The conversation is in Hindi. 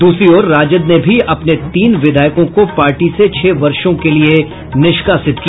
दूसरी ओर राजद ने भी अपने तीन विधायकों को पार्टी से छह वर्षो के लिए निष्कासित किया